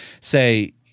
say